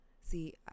see